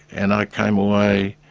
and i came away